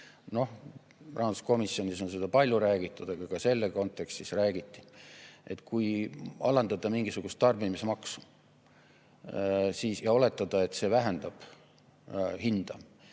Rahanduskomisjonis on sellest palju räägitud, aga ka selles kontekstis räägiti, et kui alandada mingisugust tarbimismaksu ja oletada, et see vähendab hinda,